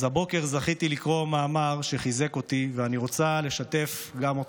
אז הבוקר זכיתי לקרוא מאמר שחיזק אותי ואני רוצה לשתף גם אותך,